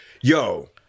Yo